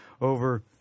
over